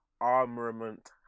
armament